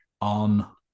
on